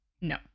No